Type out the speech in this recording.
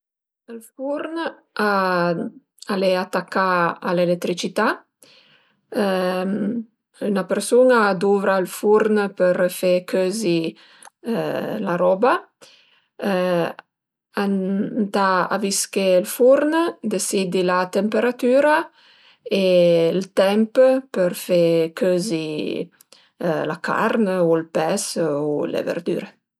Ël furn al e atacà a l'eletricità un-a persun-a a duvra ël furn për fe cözi la roba, ëntà avisché ël furn, desiddi la temperatüra e ël temp për fe cözi la carn u ël pes u le verdüre